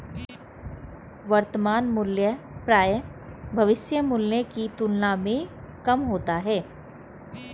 वर्तमान मूल्य प्रायः भविष्य मूल्य की तुलना में कम होता है